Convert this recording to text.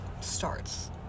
starts